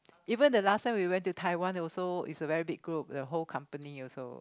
even the last time we went to Taiwan also its a very big group the whole company also